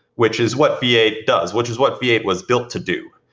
which is what v eight does, which is what v eight was built to do.